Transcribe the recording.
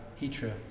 Hitra